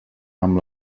amb